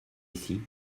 ici